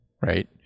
right